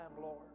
Lord